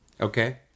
okay